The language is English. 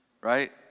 right